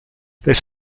this